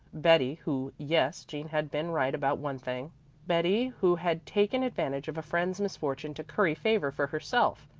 betty, who yes, jean had been right about one thing betty, who had taken advantage of a friend's misfortune to curry favor for herself.